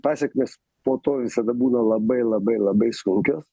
pasekmės po to visada būna labai labai labai sunkios